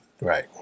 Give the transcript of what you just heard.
right